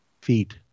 feet